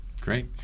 Great